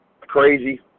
crazy